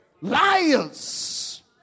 Liars